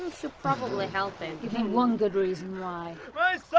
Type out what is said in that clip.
and so probably help him. give me one good reason why. yeah